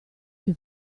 che